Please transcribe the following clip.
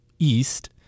east